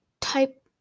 type